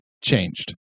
changed